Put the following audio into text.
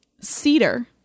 cedar